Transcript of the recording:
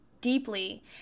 deeply